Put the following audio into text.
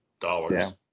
dollars